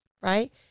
right